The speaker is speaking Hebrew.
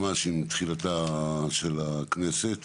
ממש עם תחילתה של הכנסת